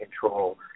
control